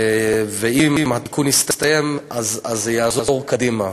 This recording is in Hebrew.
ואם התיקון יסתיים זה יעזור קדימה.